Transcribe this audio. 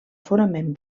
fonament